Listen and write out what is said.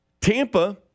Tampa